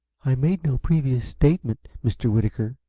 i made no previous statement, mr. whitaker.